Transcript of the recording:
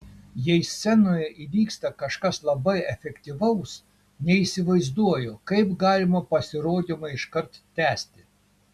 jei scenoje įvyksta kažkas labai efektyvaus neįsivaizduoju kaip galima pasirodymą iškart tęsti